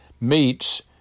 meets